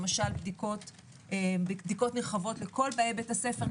למשל בדיקות נרחבות לכל באי בית הספר,